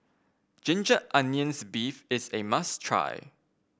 Ginger Onions beef is A must try